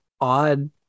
odd